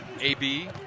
AB